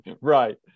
Right